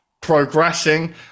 progressing